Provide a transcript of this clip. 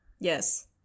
Yes